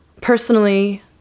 personally